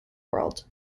world